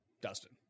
dustin